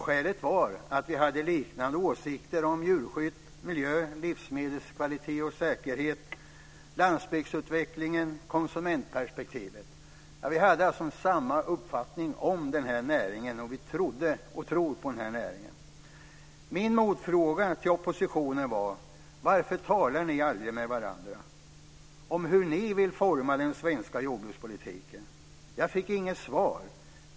Skälet var att vi hade liknande åsikter om djurskydd, miljö, livsmedelskvalitet, livsmedelssäkerhet, landsbygdsutveckling och konsumentperspektivet. Vi hade alltså samma uppfattning om den här näringen och trodde - och tror - Min motfråga till oppositionen var: Varför talar ni aldrig med varandra om hur ni vill forma den svenska jordbrukspolitiken? Jag fick inget svar.